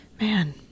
Man